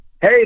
Hey